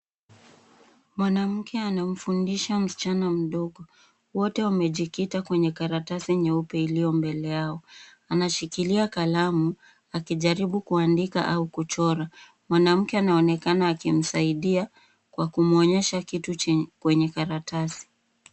Mwanamke anamfundisha msichana mdogo. Wote wamejikita kwenye karatasi nyeupe iliyo mbele yao. Anashikilia kalamu, akijaribu kuandika au kuchora. Mwanamke anaonekana akimsaidia kwa kumuonyesha kitu kwenye karatasi.